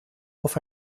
auf